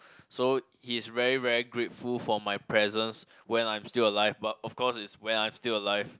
so he is very very grateful for my presence when I'm still alive but of course is when I'm still alive